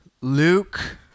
Luke